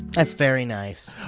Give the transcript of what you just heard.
that's very nice.